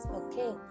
okay